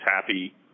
happy